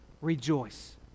rejoice